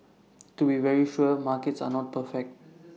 to be very sure markets are not perfect